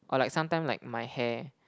or like sometime like my hair